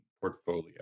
portfolio